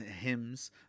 hymns